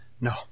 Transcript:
No